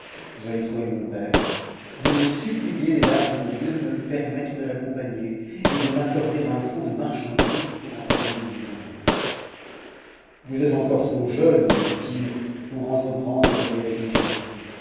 j'allai trouver mon père je le suppliai les larmes aux yeux de me permettre de l'accompagner et de m'accorder un fonds de marchandises pour en faire le débit moi-même vous êtes encore trop jeune me dit-il pour entreprendre le voyage d'égypte